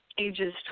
ages